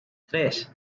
tres